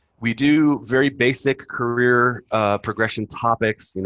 we do very basic career progression topics, you know